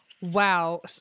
Wow